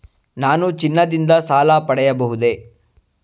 ನಾನು ಚಿನ್ನದಿಂದ ಸಾಲ ಪಡೆಯಬಹುದೇ?